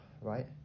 right